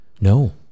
No